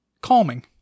calming